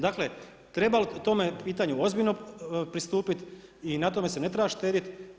Dakle, treba o tome pitanju ozbiljno pristupiti i na tome se ne treba štedjeti.